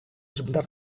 sebentar